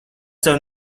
tev